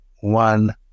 one